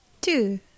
Two